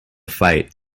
fight